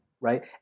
right